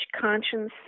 conscience